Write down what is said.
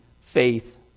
faith